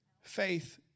Faith